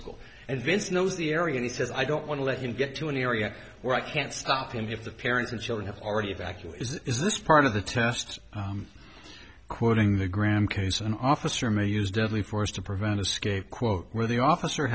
school and vince knows the area and he says i don't want to let him get to an area where i can't stop him if the parents and children have already back to is this part of the test quoting the graham case an officer may use deadly force to prevent escape quote where the officer